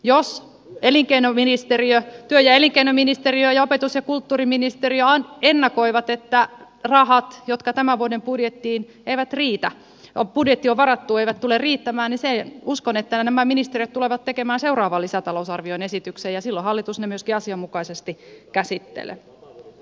jos työ ja elinkeinoministeriö ja opetus ja kulttuuriministeriö ennakoivat että rahat jotka tämän vuoden budjettiin on varattu eivät tule riittämään niin uskon että nämä ministeriöt tulevat tekemään seuraavaan lisätalousarvioon esityksen ja silloin hallitus ne myöskin asianmukaisesti käsittelee